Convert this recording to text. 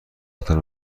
قطار